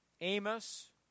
Amos